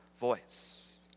voice